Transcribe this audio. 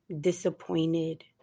disappointed